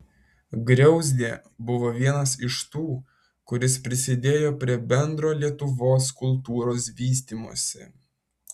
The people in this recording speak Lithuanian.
griauzdė buvo vienas iš tų kuris prisidėjo prie bendro lietuvos kultūros vystymosi